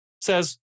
says